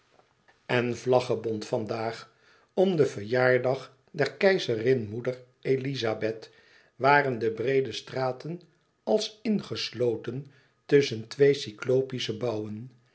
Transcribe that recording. en vlaggebont vandaag om den verjaardag der keizerinmoeder elizabeth waren de breede straten als ingesloten tusschen twee cyclopische bouwen